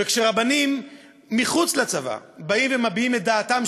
וכשרבנים מחוץ לצבא באים ומביעים את דעתם,